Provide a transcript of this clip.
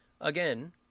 again